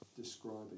describing